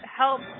help